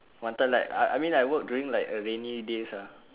wanted like I I mean I work during like a rainy day ah